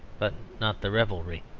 but not the revelry.